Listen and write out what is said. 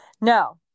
no